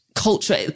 culture